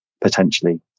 potentially